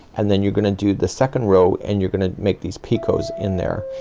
and then you're gonna do the second row, and you're gonna make these picots in there.